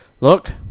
look